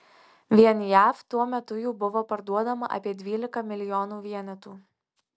vien jav tuo metu jų buvo parduodama apie dvylika milijonų vienetų